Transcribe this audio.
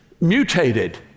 mutated